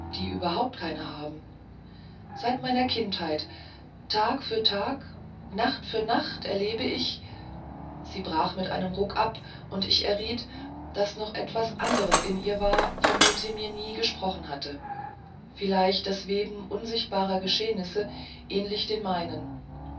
die überhaupt keine haben seit meiner kindheit tag für tag nacht für nacht erlebe ich sie brach mit einem ruck ab und ich erriet daß noch etwas anderes in ihr war von dem sie mir nie gesprochen hatte vielleicht das weben unsichtbarer geschehnisse ähnlich den meinigen